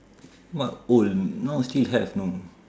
what old now still have know